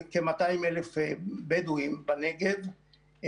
כ-200,000 בדואים בנגב,